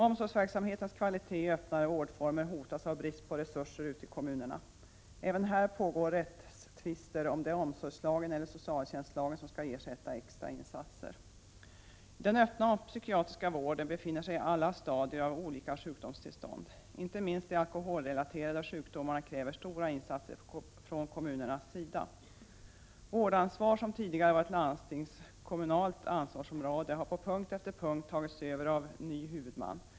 Omsorgsverksamhetens kvalitet i öppnare vårdformer hotas av brist på resurser ute i kommunerna. Även här pågår rättstvister om huruvida det är omsorgslagen eller socialtjänstlagen som skall ersätta extra insatser. I den öppna psykiatriska vården befinner sig patienter med alla stadier av olika sjukdomstillstånd. Inte minst de alkoholrelaterade sjukdomarna kräver stora insatser från kommunernas sida. Vårdansvar som tidigare var ett landstingskommunalt ansvarsområde har på punkt efter punkt tagits över av ny huvudman.